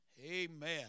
Amen